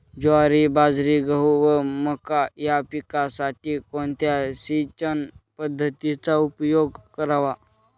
ज्वारी, बाजरी, गहू व मका या पिकांसाठी कोणत्या सिंचन पद्धतीचा उपयोग करावा?